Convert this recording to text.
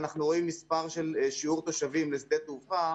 מספר של שיעור תושבים לשדה תעופה